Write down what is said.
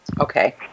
Okay